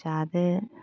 जादो